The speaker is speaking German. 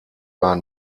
war